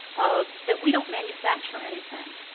of that we don't manufacture anything,